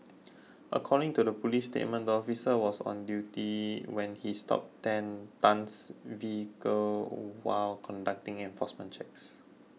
according to a police statement the officer was on duty when he stopped Ten Tan's vehicle while conducting enforcement checks